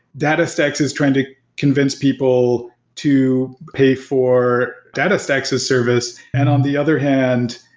datastax is trying to convince people to pay for datastax as service. and on the other hand,